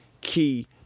key